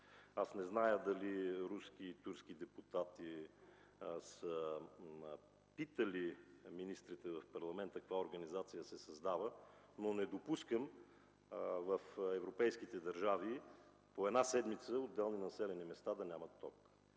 Аз не зная дали руски и турски депутати са питали министри в парламентите си каква организация се създава, но не допускам в европейските държави по една седмица отделни населени места да нямат ток.